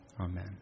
Amen